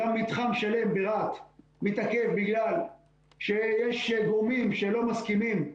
גם מתחם שלם ברהט מתעכב בגלל שיש גורמים שלא מסכימים.